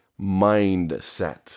mindset